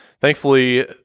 Thankfully